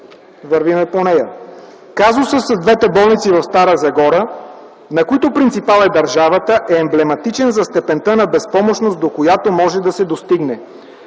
Казусът с двете болници в Стара Загора, на които принципал е държавата, е емблематичен за степента на безпомощност, до която може да се достигне.